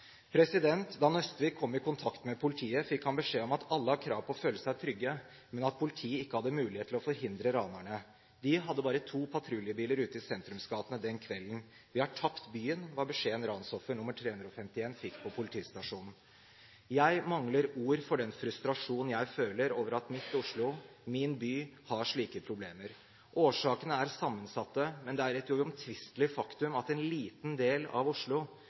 Da Nøstvik kom i kontakt med politiet, fikk han beskjed om at «alle har krav på å føle seg trygge», men at politiet ikke hadde mulighet til å forhindre ranerne. De hadde bare to patruljebiler ute i sentrumsgatene den kvelden. «Vi har tapt byen», var beskjeden ransoffer nr. 351 fikk på politistasjonen. Jeg mangler ord for den frustrasjonen jeg føler over at mitt Oslo, min by, har slike problemer. Årsakene er sammensatte, men det er et uomtvistelig faktum at en liten del av Oslo